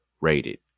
rated